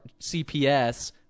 CPS